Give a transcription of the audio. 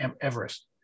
Everest